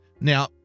Now